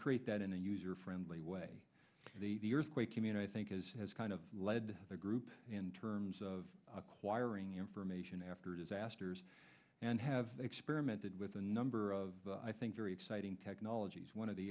create that in a user friendly way the the earthquake immune i think as has kind of led the group in terms of acquiring information after disasters and have experimented with a number of i think very exciting technologies one of the